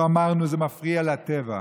לא אמרנו שזה מפריע לטבע.